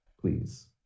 please